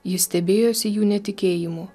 jis stebėjosi jų netikėjimu